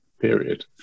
period